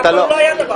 אף פעם לא היה דבר כזה.